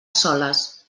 soles